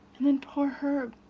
and then poor herb